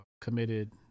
committed